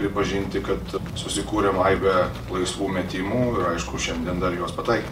pripažinti kad susikūrėm aibę laisvų metimų ir aišku šiandien dar juos pataikėm